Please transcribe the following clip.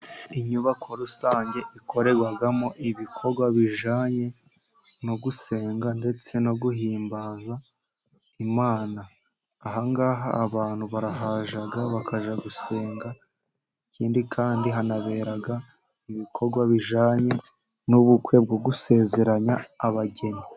nyubako rusange ikorerwagamo ibikorwa bijyanye no gusenga ndetse no guhimbaza Imana. Aangaha abantu barahajya bakajya gusenga ikindi kandi hanabera ibikorwa bijyanye n'ubukwe bwo gusezeranya abageni.